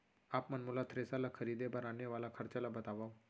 आप मन मोला थ्रेसर ल खरीदे बर आने वाला खरचा ल बतावव?